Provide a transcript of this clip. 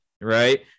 right